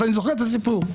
אני זוכר את הסיפור.